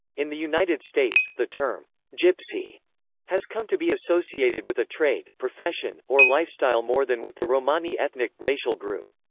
in the united states, the term gypsy has come to be associated with a trade, profession, or lifestyle more than with the romani ethnic racial group.